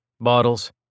Bottles